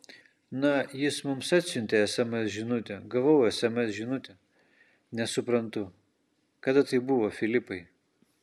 na jis mums atsiuntė sms žinutę gavau sms žinutę nesuprantu kada tai buvo filipai